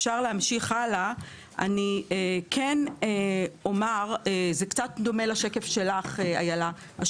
אילה, השקף הזה קצת דומה לשקף שלך.